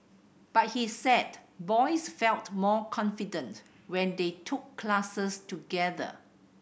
but he said boys felt more confident when they took classes together